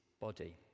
body